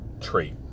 trait